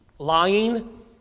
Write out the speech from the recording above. Lying